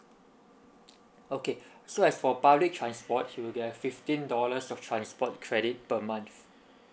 okay so as for public transport there're fifteen dollars of transport credit per month